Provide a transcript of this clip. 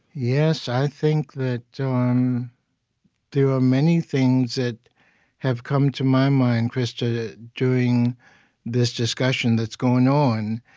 yes, i think that um there are many things that have come to my mind, krista, during this discussion that's going on.